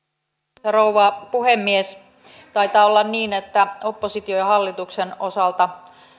arvoisa rouva puhemies taitaa olla niin että opposition ja hallituksen osalta